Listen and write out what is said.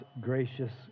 gracious